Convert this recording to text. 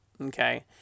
Okay